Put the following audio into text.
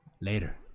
Later